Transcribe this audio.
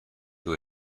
who